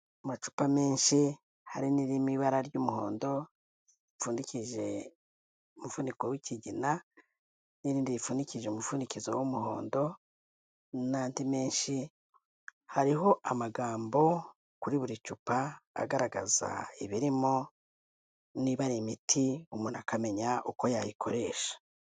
Amacupa menshi hari n'iriri mu ibara ry'umuhondo ripfundikije umufuniko w'ikigina, n'irindi ripfundikije umupfunikizo w'umuhondo n'andi menshi. Hariho amagambo kuri buri cupa agaragaza ibirimo, niba ari imiti umuntu akamenya uko yayikoresha.